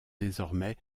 désormais